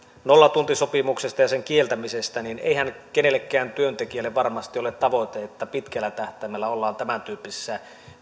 nollatuntisopimuksesta ja sen kieltämisestä niin eihän kenellekään työntekijälle varmasti ole tavoite että pitkällä tähtäimellä ollaan tämäntyyppisessä